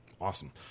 Awesome